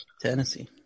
Tennessee